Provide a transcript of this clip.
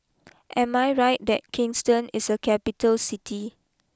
am I right that Kingston is a capital City